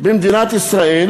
במדינת ישראל,